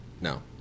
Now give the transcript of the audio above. No